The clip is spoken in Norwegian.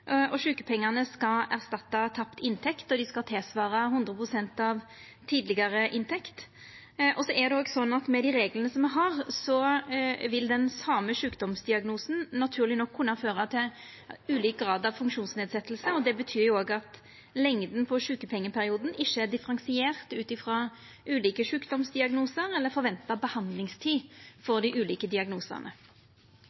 år. Sjukepengane skal erstatta tapt inntekt, og dei skal svara til 100 pst. av tidlegare inntekt. Så er det òg sånn at med dei reglane me har, vil den same sjukdomsdiagnosen naturleg nok kunna føra til ulik grad av funksjonsnedsetjing, og det betyr òg at lengda på sjukepengeperioden ikkje er differensiert ut frå ulike sjukdomsdiagnosar eller forventa behandlingstid for